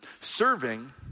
serving